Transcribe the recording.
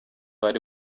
bari